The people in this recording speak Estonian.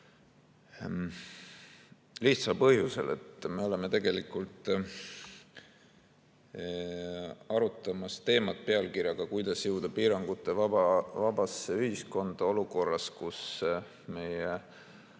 lihtsal põhjusel, et me oleme tegelikult arutamas teemat, kuidas jõuda piirangutevabasse ühiskonda, olukorras, kus meie